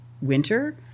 winter